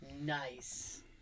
Nice